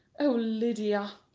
oh, lydia,